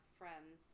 friends